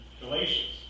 Galatians